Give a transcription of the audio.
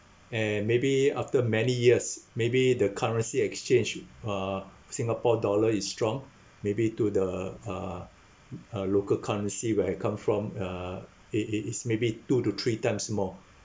and maybe after many years maybe the currency exchange uh singapore dollar is strong maybe to the uh uh local currency where I come from uh it it it's maybe two to three times more